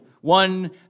one